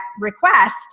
request